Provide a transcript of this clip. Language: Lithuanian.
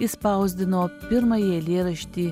išspausdino pirmąjį eilėraštį